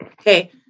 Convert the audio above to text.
Okay